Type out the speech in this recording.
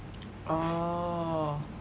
oh